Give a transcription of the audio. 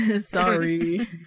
Sorry